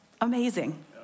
Amazing